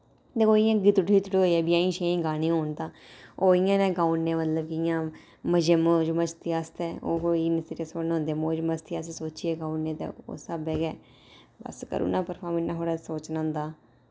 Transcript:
दिक्खो इ'यां गीतड़ू शितड़ु होई गेआ ब्याह्ई शयाई गाने होन तां ओह् इ'यां नै गाई ओड़ने मतलब कि इ'यां मजे मौज मस्ती आस्तै ओह् कोई इन्ने सीरियस थोह्ड़ी ना होंदे मौज मस्ती अस सोचिये गाई ओड़ने ते उस स्हाबै गै बस करी ओड़ना परफार्म इन्ना थोह्ड़े सोचना होंदा